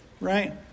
Right